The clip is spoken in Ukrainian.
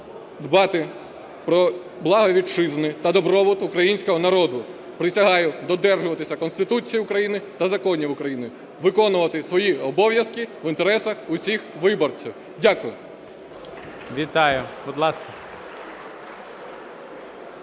дбати про благо Вітчизни та добробут Українського народу. Присягаю додержуватися Конституції України та законів України, виконувати свої обов'язки в інтересах усіх виборців. Дякую.